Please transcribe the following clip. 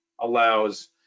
allows